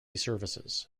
services